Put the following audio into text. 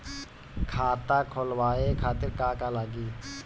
खाता खोलवाए खातिर का का लागी?